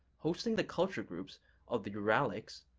hosting the culture groups of the uralics,